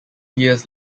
years